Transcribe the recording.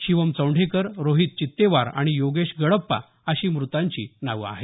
शिवम चौंढेकर रोहित चित्तेवार आणि योगेश गडप्पा अशी मृतांची नावं आहेत